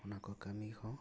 ᱚᱱᱟ ᱠᱚ ᱠᱟᱹᱢᱤ ᱦᱚᱸ